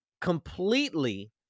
Completely